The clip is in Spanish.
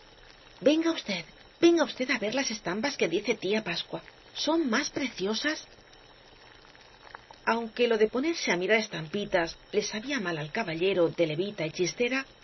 venga v venga v á ver las estampas que dice tía pascua son más preciosas aunque lo de ponerse á mirar estampitas le sabía mal al caballero de levita y chistera por